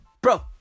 bro